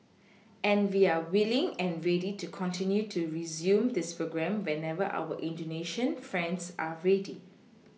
and we are willing and ready to continue to resume this programme whenever our indonesian friends are ready